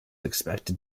expected